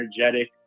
energetic